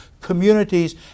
communities